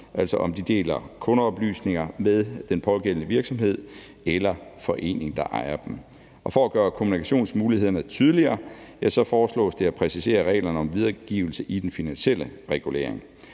altså om de deler kundeoplysninger med den pågældende virksomhed eller forening, der ejer dem. For at gøre kommunikationsmulighederne tydeligere foreslås det at præcisere reglerne om videregivelse i den finansielle regulering.